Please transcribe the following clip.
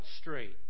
straight